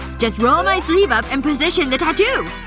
just roll my sleeve up and position the tattoo